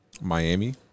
Miami